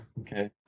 Okay